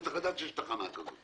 הוא צריך לדעת שיש תחנה כזאת.